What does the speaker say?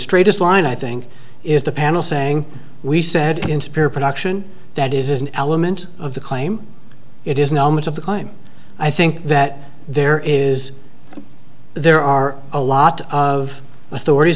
straightest line i think is the panel saying we said in spare production that is an element of the claim it is an element of the crime i think that there is there are a lot of authorities